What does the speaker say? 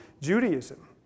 Judaism